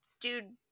dude